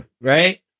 Right